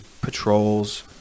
patrols